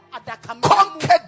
Conquered